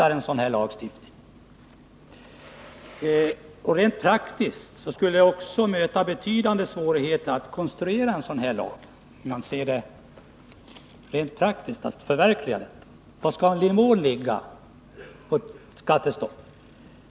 Rent praktiskt skulle det också möta betydande svårigheter att konstruera en sådan här lag som det går att tillämpa. På vilken nivå skulle ett skattetak ligga?